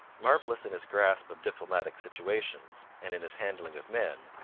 marvellous in his grasp of diplomatic situations and in his handling of men,